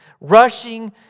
Rushing